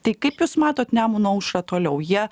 tai kaip jūs matot nemuno aušrą toliau jie